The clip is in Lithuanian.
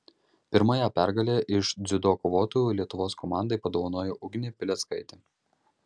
pirmąją pergalę iš dziudo kovotojų lietuvos komandai padovanojo ugnė pileckaitė